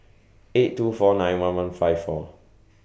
eight two four nine one one five four